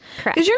Correct